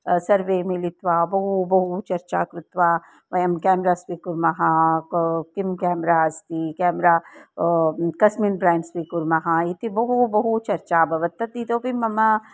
सर्वे मिलित्वा बहु बहु चर्चां कृत्वा वयं केमेरा स्वीकुर्मः क किं केमेरा अस्ति केमेरा कस्मिन् ब्राण्ड् स्वीकुर्मः इति बहु बहु चर्चा अभवत् तत् इतोपि मम